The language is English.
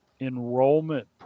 enrollment